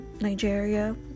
Nigeria